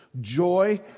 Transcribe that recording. joy